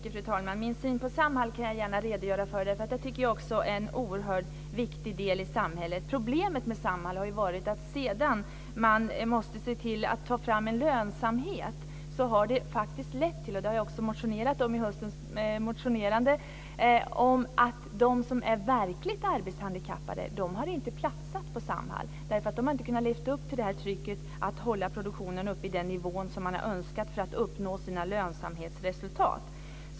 Fru talman! Min syn på Samhall kan jag gärna redogöra för. Jag tycker också att Samhall är en oerhört viktig del i samhället. Problemet med Samhall har varit att sedan man måste se till att ta fram lönsamhet har det lett till - jag har också motionerat om det i höst - att de som är verkligt arbetshandikappade inte har platsat på Samhall. De har inte kunnat leva upp till trycket att hålla produktionen uppe på den nivå som man har önskat för att uppnå sina lönsamhetsresultat.